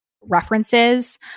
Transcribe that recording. references